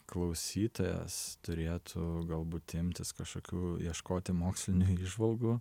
klausytojas turėtų galbūt imtis kažkokių ieškoti mokslinių įžvalgų